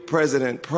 President